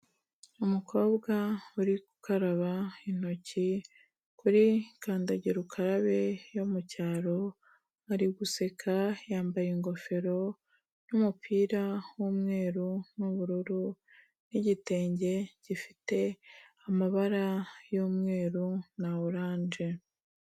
Umukobwa uri gukaraba intoki kuri kandagira ukarabe yo mu cyaro, ari guseka, yambaye ingofero n'umupira w'umweru n'ubururu n'igitenge gifite amabara y'umweru na oranje.